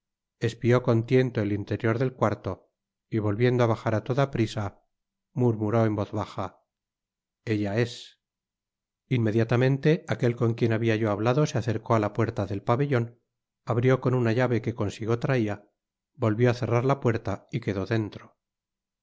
espió con tiento el interior del cuarto y volviendo á bajar á toda prisa murmuró en voz baja ella es inmediatamente aquel con quien habia yo hablado se acercó á la puerta del pabellon abrió con una llave que consigo traia volvió á cerrar la puerta y quedo dentro al